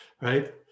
Right